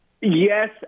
Yes